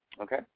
Okay